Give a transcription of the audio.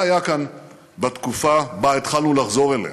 מה היה כאן בתקופה שבה התחלנו לחזור אליה,